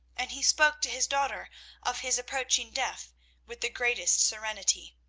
and he spoke to his daughter of his approaching death with the greatest serenity.